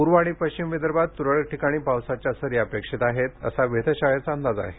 पूर्व आणि पश्चिम विदर्भात तुरळक ठिकाणी पावसाच्या सरी अपेक्षित आहेत असा वेधशाळेचा अंदाज आहे